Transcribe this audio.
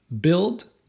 build